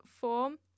form